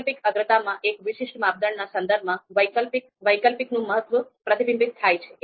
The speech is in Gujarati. વૈકલ્પિક અગ્રતામાં એક વિશિષ્ટ માપદંડના સંદર્ભમાં વૈકલ્પિકનું મહત્વ પ્રતિબિંબિત થાય છે